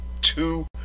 two